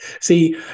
See